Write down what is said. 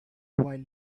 while